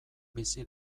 bizi